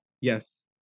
Yes